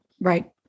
Right